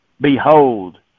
behold